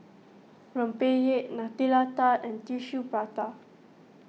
Rempeyek Nutella Tart and Tissue Prata